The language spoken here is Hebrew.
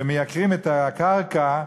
שמייקרים את הקרקע,